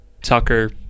tucker